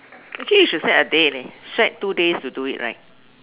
actually you should set a day leh set two days to do it right